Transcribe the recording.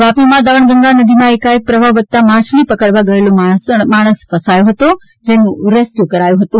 વાપીમાં દમણ ગંગા નદીમાં એકકાએક પ્રવાહ વધતાં માછલી પકડવા ગયેલો માણસ ફસાયો હતો જેનું રેસક્યું કરાયું હતું